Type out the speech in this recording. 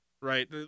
right